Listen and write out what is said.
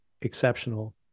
exceptional